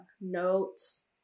notes